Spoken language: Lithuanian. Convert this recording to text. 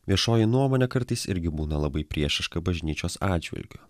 viešoji nuomonė kartais irgi būna labai priešiška bažnyčios atžvilgiu